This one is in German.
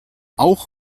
auch